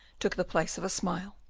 took the place of a smile,